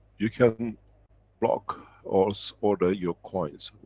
you can block or so order your coins,